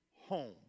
home